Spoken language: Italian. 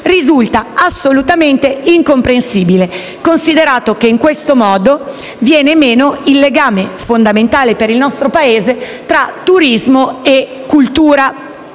risulta assolutamente incomprensibile, considerato che, in questo modo, viene meno il legame, fondamentale per il nostro Paese, tra turismo e cultura. Risulta